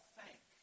thank